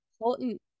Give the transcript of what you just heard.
important